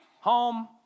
home